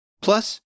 Plus